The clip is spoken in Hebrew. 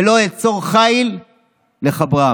ולא אעצור חיל לחברם,